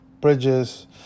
bridges